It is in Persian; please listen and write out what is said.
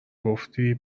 گفتی